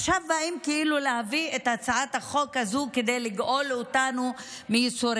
עכשיו באים להביא את הצעת החוק הזו כדי לגאול אותנו מייסורינו.